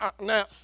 now